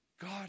God